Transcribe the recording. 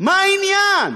מה העניין?